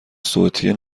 صوتی